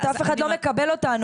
אף אחד לא מקבל אותנו.